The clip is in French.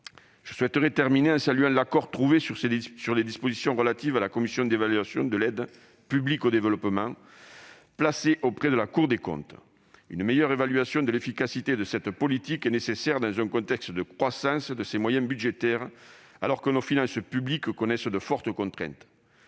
Je souhaiterais terminer en saluant l'accord trouvé sur les dispositions relatives à la commission d'évaluation de l'aide publique au développement, placée auprès de la Cour des comptes. Une meilleure évaluation de l'efficacité de cette politique est nécessaire dans un contexte de croissance de ses moyens budgétaires, alors que nos finances publiques connaissent de fortes contraintes.